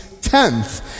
tenth